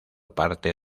parte